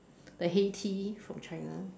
the hey tea from China